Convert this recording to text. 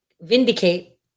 vindicate